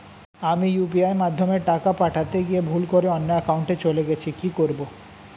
আমি ইউ.পি.আই মাধ্যমে টাকা পাঠাতে গিয়ে ভুল করে অন্য একাউন্টে চলে গেছে কি করব?